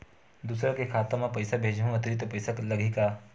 दूसरा के खाता म पईसा भेजहूँ अतिरिक्त पईसा लगही का?